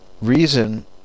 Reason